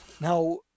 now